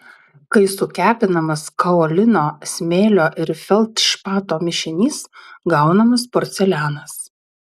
kai sukepinamas kaolino smėlio ir feldšpato mišinys gaunamas porcelianas